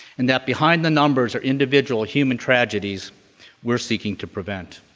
and that behind the numbers are individual human tragedies we're seeking to prevent.